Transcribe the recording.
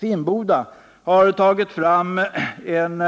Finnboda Varv har tagit fram en